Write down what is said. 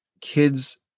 kids